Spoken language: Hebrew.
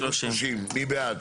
מי בעד?